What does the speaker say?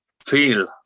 feel